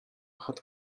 had